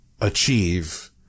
achieve